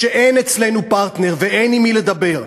שאין אצלנו פרטנר ואין עם מי לדבר.